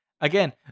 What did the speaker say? again